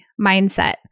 Mindset